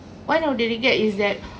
one of the regret is that